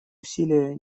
усилия